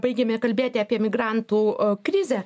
baigėme kalbėti apie migrantų krizę